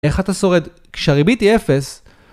איך אתה שורד? כשהריבית היא אפס...